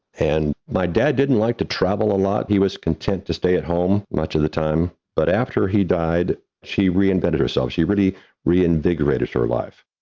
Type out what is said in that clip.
and my dad didn't like to travel a lot, he was content to stay at home much of the time. but after he died, she reinvented herself. she really reinvigorated her life.